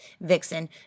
Vixen